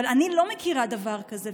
אבל אני לא מכירה דבר כזה.